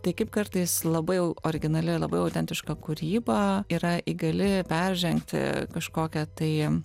tai kaip kartais labai originali ir labai autentiška kūryba yra įgali peržengti kažkokią tai